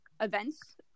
events